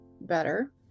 better